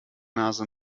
nase